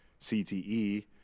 CTE